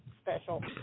special